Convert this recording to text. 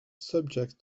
subject